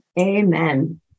Amen